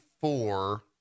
four